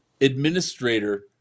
administrator